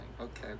Okay